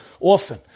often